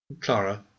Clara